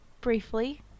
briefly